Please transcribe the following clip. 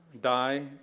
die